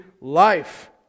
life